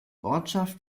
ortschaft